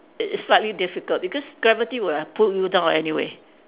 it is slightly difficult because gravity would have pulled you down anyway